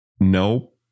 Nope